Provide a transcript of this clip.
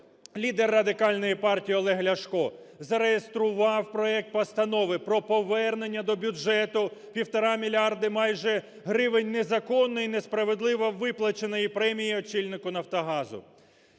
лідер Радикальної партії Олег Ляшко зареєстрував проект Постанови про повернення до бюджету 1,5 мільярда майже гривень незаконно і несправедливо виплаченої премії очільнику "Нафтогазу".